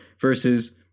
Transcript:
versus